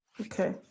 Okay